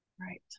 Right